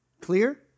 Clear